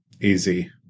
easy